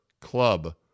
club